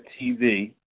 TV